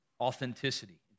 Authenticity